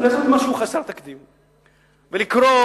אני רוצה